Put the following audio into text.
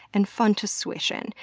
and fun to swish in,